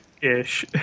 Ish